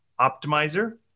optimizer